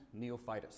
Neophytus